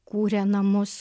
kūrė namus